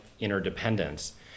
interdependence